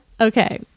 Okay